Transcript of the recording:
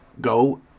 go